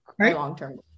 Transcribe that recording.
long-term